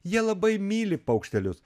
jie labai myli paukštelius